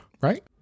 right